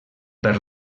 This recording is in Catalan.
per